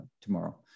tomorrow